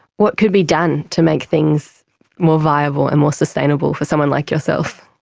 what could be done to make things more viable and more sustainable for someone like yourself?